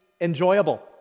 enjoyable